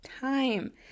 time